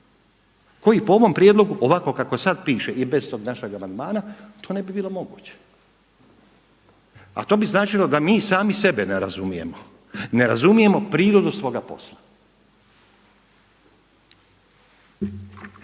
koji po ovom prijedlogu ovako kako sada piše i bez tog našeg amandmana to ne bi bilo moguće. A to značilo da mi sami sebe ne razumijemo, ne razumijemo prirodu svoga posla.